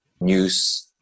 news